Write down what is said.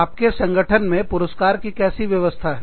आपके संगठन में पुरस्कार की कैसी व्यवस्था है